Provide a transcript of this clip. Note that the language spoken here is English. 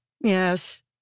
yes